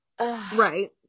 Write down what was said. Right